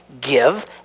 Give